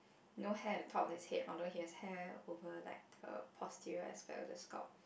no hair at the top although he has hair over like her posterior expel the scope